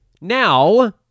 Now